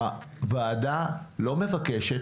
הוועדה לא מבקשת,